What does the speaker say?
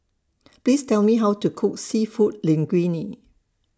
Please Tell Me How to Cook Seafood Linguine